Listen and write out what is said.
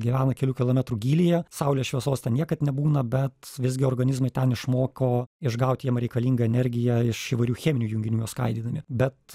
gyvena kelių kilometrų gylyje saulės šviesos ten niekad nebūna bet visgi organizmai ten išmoko išgaut jiem reikalingą energiją iš įvairių cheminių junginių juos skaidydami bet